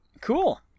Cool